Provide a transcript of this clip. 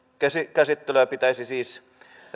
käsittelyä pitäisi siis